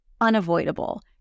unavoidable